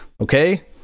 Okay